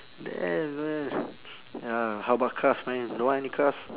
then uh ya how about cars man you don't want any cars